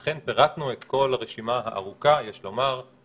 אכן פירטנו את כל הרשימה הארוכה של תקנות